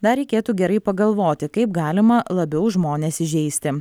dar reikėtų gerai pagalvoti kaip galima labiau žmones įžeisti